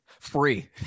Free